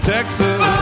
Texas